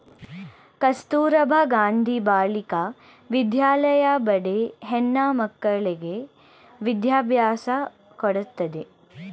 ಕಸ್ತೂರಬಾ ಗಾಂಧಿ ಬಾಲಿಕಾ ವಿದ್ಯಾಲಯ ಬಡ ಹೆಣ್ಣ ಮಕ್ಕಳ್ಳಗೆ ವಿದ್ಯಾಭ್ಯಾಸ ಕೊಡತ್ತದೆ